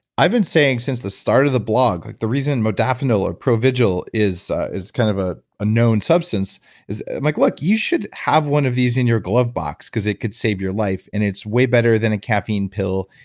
i've been saying since the start of the blog, like the reason modafinil or provigil is is kind of ah a known substance is. like look, you should have one of these in your glove box because it could save your life and it's way better than a caffeine pill.